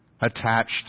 attached